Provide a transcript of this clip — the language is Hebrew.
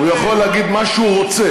הוא יכול להגיד מה שהוא רוצה,